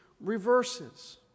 reverses